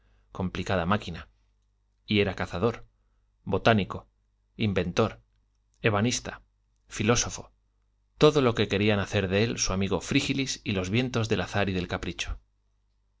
complicada máquina y era cazador botánico inventor ebanista filósofo todo lo que querían hacer de él su amigo frígilis y los vientos del azar y del capricho